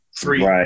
Three